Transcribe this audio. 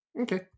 Okay